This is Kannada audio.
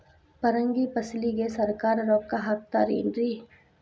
ಪರಂಗಿ ಫಸಲಿಗೆ ಸರಕಾರ ರೊಕ್ಕ ಹಾಕತಾರ ಏನ್ರಿ?